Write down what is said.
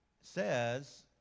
says